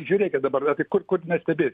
žiūrėkit dabar a tai kur kur mes stebė